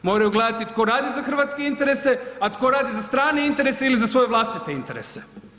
Moraju gledati tko radi za hrvatske interese a tko radi za strane interese ili za svoje vlastite interese.